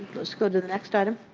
let's go to the next item.